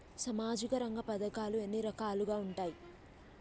సామాజిక రంగ పథకాలు ఎన్ని రకాలుగా ఉంటాయి?